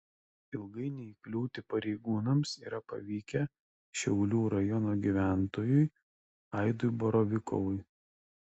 ilgai neįkliūti pareigūnams yra pavykę šiaulių rajono gyventojui aidui borovikovui